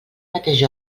mateix